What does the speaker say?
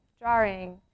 drawing